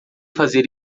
fazer